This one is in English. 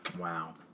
Wow